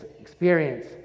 experience